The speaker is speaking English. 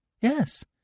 Yes